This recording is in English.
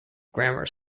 grammar